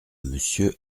monsieur